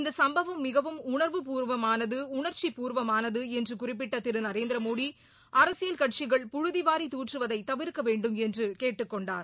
இந்த சம்பவம் மிகவும் உணா்ச்சி பூர்வமானது உணர்வு பூர்வமானது என்று குறிப்பிட்ட திரு நரேந்திரமோடி அரசியல் கட்சிகள் புழுதிவாரி தூற்றுவதை தவிர்க்கவேண்டும் என்று கேட்டுக் கொண்டார்